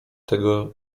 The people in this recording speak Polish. tego